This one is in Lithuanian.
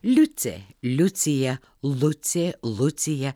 liucė liucija lucė lucija